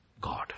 God